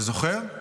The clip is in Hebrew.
אתה זוכר?